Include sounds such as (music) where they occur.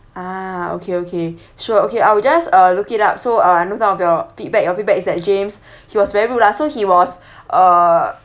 ah okay okay sure okay I will just uh look it up so uh note down of your feedback your feedback is that james (breath) he was very rude ah so he was (breath) uh